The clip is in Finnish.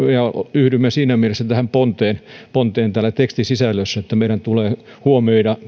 yhdymme siinä mielessä tähän ponteen ponteen täällä tekstisisällössä että meidän tulee huomioida